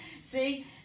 See